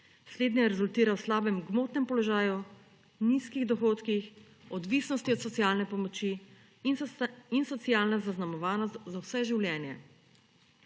slednja rezultira v slabemu gmotnemu položaju, nizkih dohodkih, odvisnosti od socialne pomoči in socialna zaznamovanost za vse življenje.